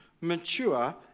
mature